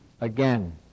Again